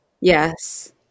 Yes